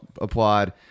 applaud